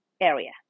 area